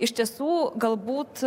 iš tiesų galbūt